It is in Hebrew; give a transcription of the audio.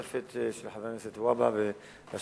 של חבר הכנסת והבה ושל